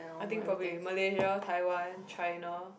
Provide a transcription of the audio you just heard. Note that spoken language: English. I think probably Malaysia Taiwan China